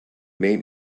main